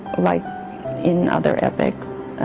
like in other epics